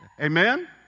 Amen